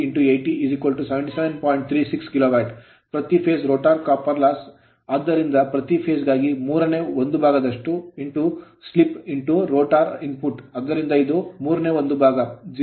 ಪ್ರತಿ phase phase rotor copper loss rotor ತಾಮ್ರದ ನಷ್ಟ ಆದ್ದರಿಂದ ಪ್ರತಿ phase ಫೇಸ್ ಗಾಗಿ ಮೂರನೇ ಒಂದು ಭಾಗದಷ್ಟು slip slip rotor rotor input ಆದ್ದರಿಂದ ಇದು ಮೂರನೇ ಒಂದು ಭಾಗ 0